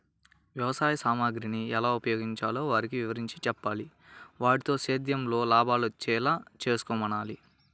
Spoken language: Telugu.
వ్యవసాయ సామగ్రిని ఎలా ఉపయోగించాలో వారికి వివరించి చెప్పాలి, వాటితో సేద్యంలో లాభాలొచ్చేలా చేసుకోమనాలి